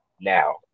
now